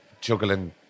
juggling